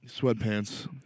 sweatpants